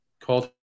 called